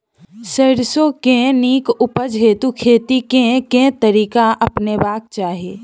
सैरसो केँ नीक उपज हेतु खेती केँ केँ तरीका अपनेबाक चाहि?